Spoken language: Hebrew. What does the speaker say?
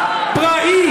נפגעות ונפגעים,